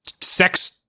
sex